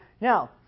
Now